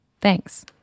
Thanks